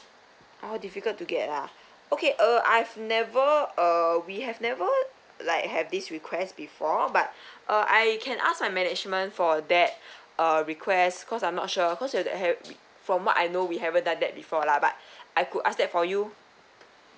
uh difficult to get ah okay uh I've never uh we have never like have this request before but uh I can ask my management for that uh request cause I'm not sure cause you're to have from what I know we haven't done that before lah but I could ask that for you